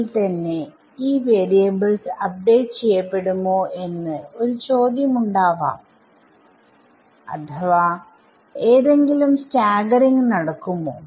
ൽ തന്നെ ഈ വാരിയബിൾസ് അപ്ഡേറ്റ് ചെയ്യപ്പെടുമോ എന്ന് ഒരു ചോദ്യം ഉണ്ടാവാം അഥവാ ഏതെങ്കിലും സ്റ്റാഗറിങ്ങ് നടക്കുമോ